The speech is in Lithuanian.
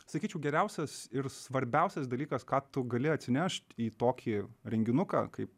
sakyčiau geriausias ir svarbiausias dalykas ką tu gali atsinešt į tokį renginuką kaip